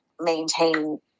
maintain